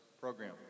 program